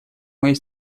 моей